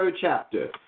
chapter